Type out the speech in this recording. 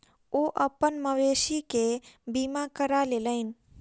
ओ अपन मवेशी के बीमा करा लेलैन